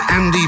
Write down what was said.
Andy